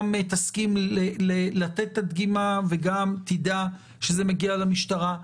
גם תסכים לתת את הדגימה וגם תדע שזה מגיע למשטרה.